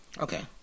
Okay